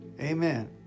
Amen